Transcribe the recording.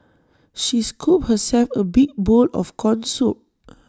she scooped herself A big bowl of Corn Soup